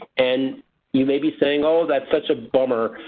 and you may be saying, oh, that's such a bummer.